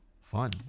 Fun